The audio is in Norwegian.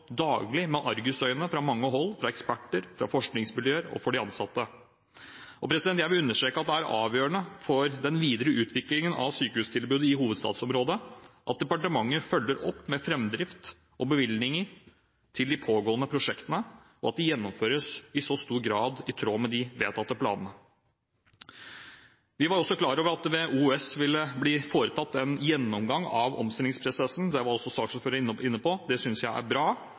daglig med argusøyne fra mange hold, fra eksperter, fra forskningsmiljøer og fra de ansatte. Jeg vil understreke at det er avgjørende for den videre utviklingen av sykehustilbudet i hovedstadsområdet at departementet følger opp framdrift og bevilgninger til de pågående prosjektene, og at de i stor grad gjennomføres i tråd med de vedtatte planene. Vi var også klar over at det ved OUS ville bli foretatt en gjennomgang av omstillingsprosessen. Det var også saksordføreren inne på. Det synes jeg er bra,